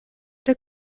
der